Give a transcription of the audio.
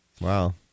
Wow